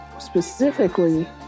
specifically